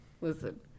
Listen